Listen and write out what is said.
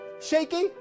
shaky